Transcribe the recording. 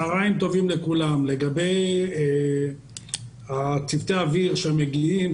לגבי צוותי האוויר שמגיעים,